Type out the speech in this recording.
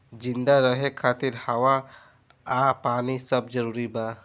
जिंदा रहे खातिर हवा आ पानी सब जरूरी बा